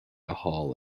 hall